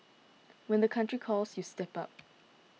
when the country calls you step up